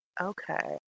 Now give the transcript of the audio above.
Okay